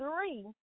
three